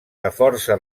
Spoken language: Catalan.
força